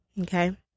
okay